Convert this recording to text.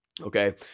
Okay